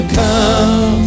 come